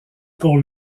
pour